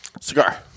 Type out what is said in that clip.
Cigar